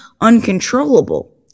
uncontrollable